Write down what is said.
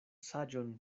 saĝon